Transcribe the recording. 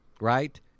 Right